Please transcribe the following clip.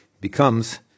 becomes